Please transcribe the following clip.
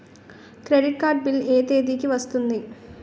Credit card bill ఎ తేదీ కి వస్తుంది?